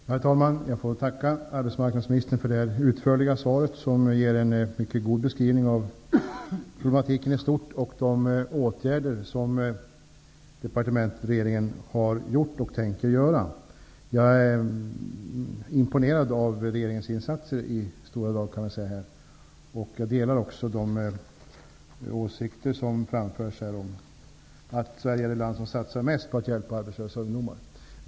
Herr talman! Jag får tacka arbetsmarknadsministern för det utförliga svaret, som ger en mycket god beskrivning av problematiken i stort och de åtgärder som departementet och regeringen har vidtagit och tänker vidta. Jag är imponerad av regeringens insatser i stora drag. Jag delar också de åsikter som framförs om att Sverige är det land som satsar mest på att hjälpa arbetslösa ungdomar.